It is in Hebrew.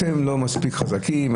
אתם לא מספיק חזקים,